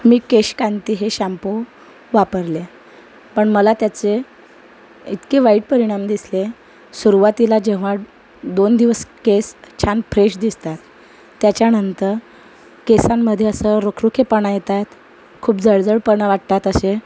मी केश कांती हे शॅम्पू वापरले पण मला त्याचे इतके वाईट परिणाम दिसले सुरुवातीला जेव्हा दोन दिवस केस छान फ्रेश दिसतात त्याच्यानंतर केसांमध्ये असं रुखरुखेपणा येतायेत खूप जळजळपणा वाटतात असे